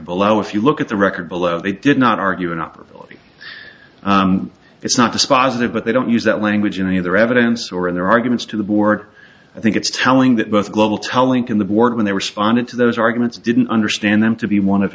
allowing if you look at the record below they did not argue an opportunity it's not dispositive but they don't use that language in any of their evidence or in their arguments to the board i think it's telling that both global telling can the board when they responded to those arguments didn't understand them to be one of